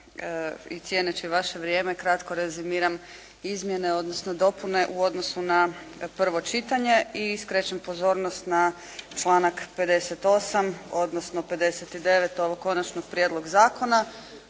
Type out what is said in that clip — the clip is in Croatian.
i cijeneći vaše vrijeme, kratko rezimiram izmjene, odnosno dopune u odnosu na prvo čitanje i skrećem pozornost na članak 58. odnosno 59. ovog konačnog prijedloga zakona